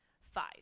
Five